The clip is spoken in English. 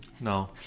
No